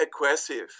aggressive